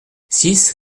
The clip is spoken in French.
six